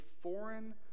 foreign